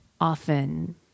often